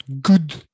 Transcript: good